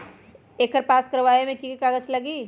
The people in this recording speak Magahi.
एकर पास करवावे मे की की कागज लगी?